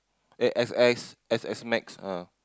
eh X_S X_S next ah